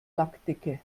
lackdicke